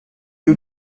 you